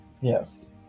Yes